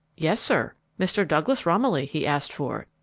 yes, sir. mr. douglas romilly he asked for.